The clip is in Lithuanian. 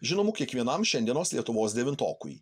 žinomu kiekvienam šiandienos lietuvos devintokui